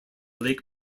lake